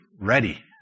ready